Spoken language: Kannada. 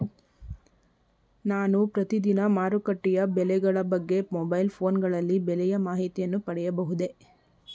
ನಾನು ಪ್ರತಿದಿನ ಮಾರುಕಟ್ಟೆಯ ಬೆಲೆಗಳ ಬಗ್ಗೆ ಮೊಬೈಲ್ ಫೋನ್ ಗಳಲ್ಲಿ ಬೆಲೆಯ ಮಾಹಿತಿಯನ್ನು ಪಡೆಯಬಹುದೇ?